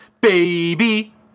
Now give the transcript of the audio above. baby